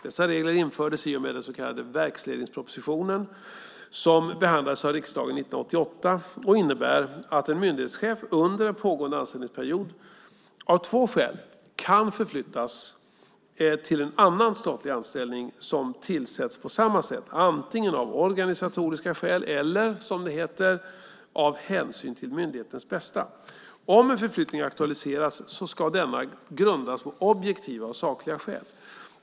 Dessa regler infördes i och med den så kallade verksledningspropositionen som behandlades av riksdagen 1988 och innebär att en myndighetschef under en pågående anställningsperiod av två skäl kan förflyttas till en annan statlig anställning där det tillsätts på samma sätt - antingen av organisatoriska skäl eller, som det heter, av hänsyn till myndighetens bästa. Om en förflyttning aktualiseras ska denna grundas på objektiva och sakliga skäl.